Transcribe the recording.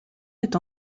est